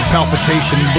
Palpitation